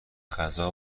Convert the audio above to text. غذا